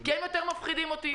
כי הם יותר מפחידים אותי.